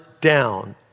down